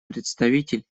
представитель